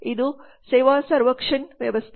ಇದು ಸೇವಾಸೇರಿವುಕ್ಷನ್ ವ್ಯವಸ್ಥೆ